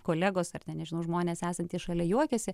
kolegos ar ten nežinau žmonės esantys šalia juokiasi